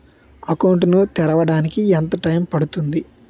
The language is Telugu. అకౌంట్ ను తెరవడానికి ఎంత టైమ్ పడుతుంది?